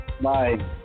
Bye